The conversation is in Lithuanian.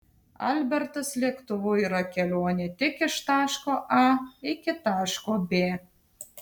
albertas lėktuvu yra kelionė tik iš taško a iki taško b